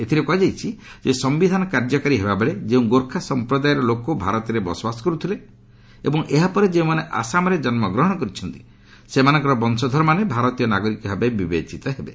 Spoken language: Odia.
ଏଥିରେ କୁହାଯାଇଛି ଯେ ସମ୍ଭିଧାନ କାର୍ଯ୍ୟକାରୀ ହେବା ବେଳେ ଯେଉଁ ଗୋର୍ଖା ସଂପ୍ରଦାୟର ଲୋକ ଭାରତରେ ବସବାସ କର୍ଥିଲେ ଏବଂ ଏହା ପରେ ଯେଉଁମାନେ ଆସାମରେ ଜନ୍ମଗ୍ରହଣ କରିଛନ୍ତି ସେମାନଙ୍କର ବଂଶଧରମାନେ ଭାରତୀୟ ନାଗରିକ ଭାବେ ବିବେଚିତ ହେବେ